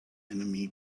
enemy